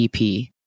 EP